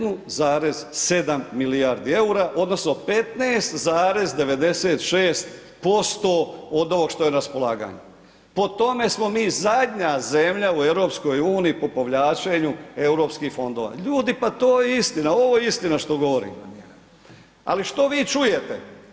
1,7 milijardi EUR-a odnosno 15,96% od ovog što je na raspolaganju, po tome smo mi zadnja zemlja u EU po povlačenju Europskih fondova, ljudi pa to je istina, ovo je istina što govorim, ali što vi čujete?